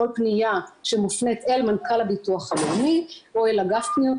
כל פניה שמופנית אל מנכ"ל הביטוח הלאומי או אל אגף פניות